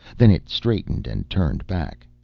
then it straightened and turned back.